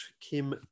Kim